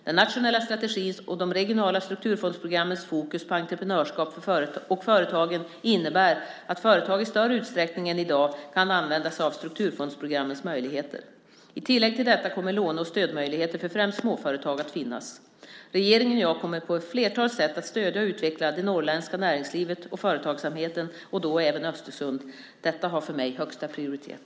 Den nationella strategins och de regionala strukturfondsprogrammens fokus på entreprenörskap och företagen innebär att företag i större utsträckning än i dag kan använda sig av strukturfondsprogrammens möjligheter. I tillägg till detta kommer låne och stödmöjligheter för främst småföretag att finnas. Regeringen och jag kommer på ett flertal sätt att stödja och utveckla det norrländska näringslivet och företagsamheten och då även Östersund. Detta har för mig högsta prioritet.